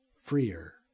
freer